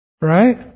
right